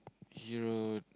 hero